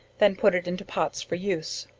then put it into pots for use.